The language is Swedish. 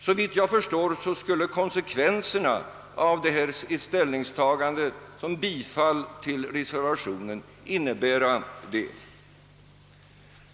Såvitt jag förstår skulle den yttersta konsekvensen av ett bifall till reservationen vara att riksdagen skulle överta den uppgiften.